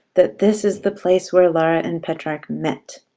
that this is the place where laura and petrarch met.